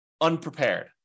unprepared